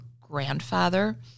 grandfather